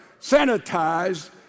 sanitized